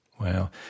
Wow